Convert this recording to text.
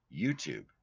YouTube